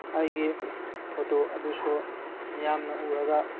ꯑꯩꯒꯤ ꯐꯣꯇꯣ ꯑꯗꯨꯁꯨ ꯃꯤꯌꯥꯝꯅ ꯎꯔꯒ